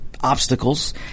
Obstacles